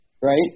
right